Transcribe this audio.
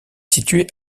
situé